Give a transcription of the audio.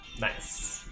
Nice